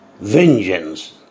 vengeance